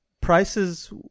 prices